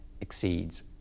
exceeds